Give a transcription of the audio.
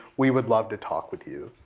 we would love to talk with you.